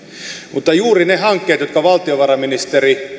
mutta juuri ne hankkeet jotka valtiovarainministeri